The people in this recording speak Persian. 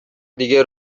دیگه